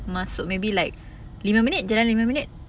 masuk maybe like lima minute jalan lima minute